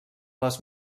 les